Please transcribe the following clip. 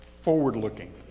forward-looking